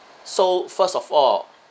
so first of all